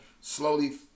slowly